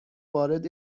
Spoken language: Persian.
وارد